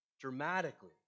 dramatically